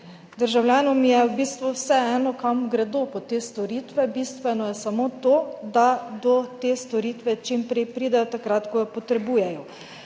Državljanom je v bistvu vseeno, kam gredo po te storitve, bistveno je samo to, da do te storitve čim prej pridejo, takrat ko jo potrebujejo.